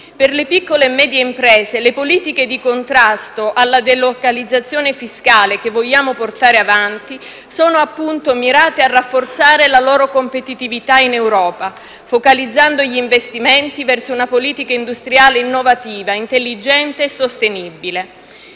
Per le piccole e medie imprese, le politiche di contrasto alla delocalizzazione fiscale che vogliamo portare avanti sono, appunto, mirate e rafforzare la loro competitività in Europa, focalizzando gli investimenti verso una politica industriale innovativa, intelligente e sostenibile.